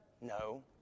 No